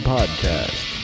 Podcast